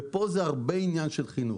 ופה זה הרבה עניין של חינוך.